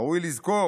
"ראוי לזכור